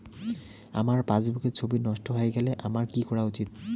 আমার পাসবুকের ছবি নষ্ট হয়ে গেলে আমার কী করা উচিৎ?